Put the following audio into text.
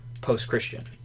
post-Christian